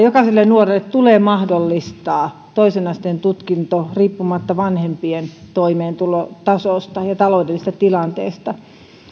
jokaiselle nuorelle tulee mahdollistaa toisen asteen tutkinto riippumatta vanhempien toimeentulotasosta ja taloudellisesta tilanteesta